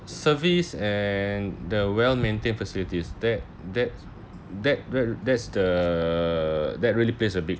service and the well maintained facilities that that that that that's the that really plays a big